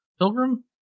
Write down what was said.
Pilgrim